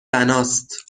بناست